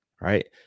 right